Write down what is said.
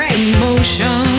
emotion